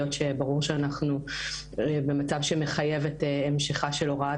היות שברור שאנחנו במצב שמחייב את המשכה של הוראת